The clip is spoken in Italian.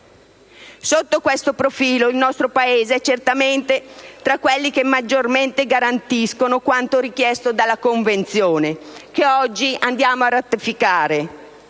Sotto questo profilo, il nostro Paese è certamente tra quelli che maggiormente garantiscono quanto richiesto dalla Convenzione che oggi ratifichiamo.